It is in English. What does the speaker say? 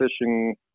fishing